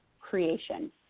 creation